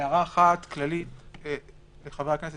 הערה אחת כללית לחברי הכנסת,